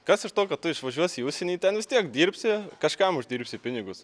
kas iš to kad tu išvažiuosi į užsienį ten vis tiek dirbsi kažkam uždirbsiu pinigus